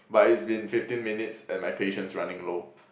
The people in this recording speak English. but it's been fifteen minutes and my patience running low